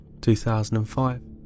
2005